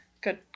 Good